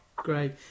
Great